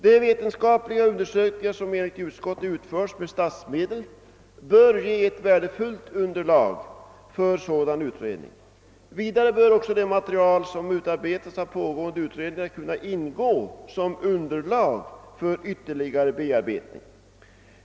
De vetenskapliga undersökningar som enligt utskottet utförts med statsmedel bör ge värdefullt underlag för en sådan utredning. Vidare bör också det material som utarbetats av pågående utredningar kunna utgöra underlag för ytterligare bearbetning.